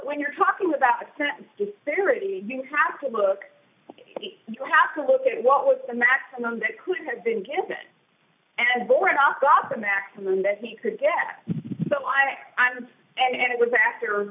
when you're talking about the disparity you have to look you have to look at what was the maximum that could have been given and bore it off got the maximum that he could get so i'm i'm and it was after